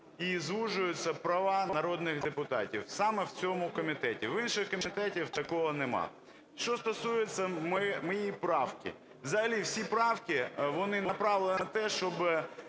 і звужуються права народних депутатів. Саме в цьому комітеті. В інших комітетах такого нема. Що стосується моєї правки, взагалі всі правки, вони направлені на те, щоби